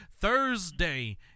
thursday